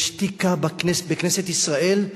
שתיקה בכנסת ישראל.